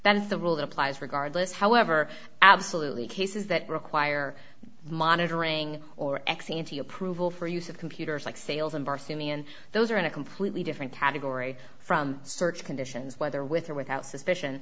that is the rule that applies regardless however absolutely cases that require monitoring or ex ante approval for use of computers like sales and birth to me and those are in a completely different category from search conditions whether with or without suspicion